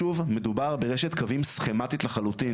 שוב מדובר ברשת קווים סכמתית לחלוטין,